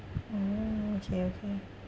orh okay okay